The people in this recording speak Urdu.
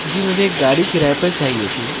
جی مجھے ایک گاڑی کرایے پہ چاہیے تھی